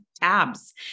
tabs